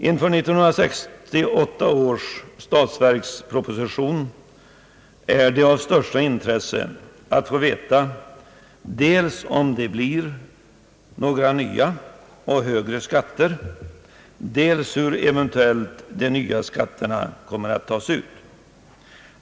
Inför 1968 års statsverksproposition är det av största betydelse att få veta dels om det blir några nya och högre skatter, dels hur de eventuella nya skatterna kommer att tas ut.